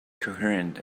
coherent